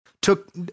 took